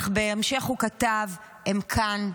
אך בהמשך הוא כתב: הם כאן,